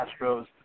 Astros